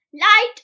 Light